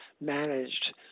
managed